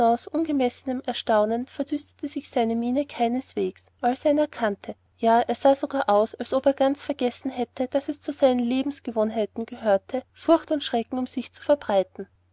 ungemessenem erstaunen verdüsterte sich seine miene keineswegs als er ihn erkannte ja er sah sogar aus als ob er ganz vergessen hätte daß es zu seinen lebensgewohnheiten gehörte furcht und schrecken um sich zu verbreiten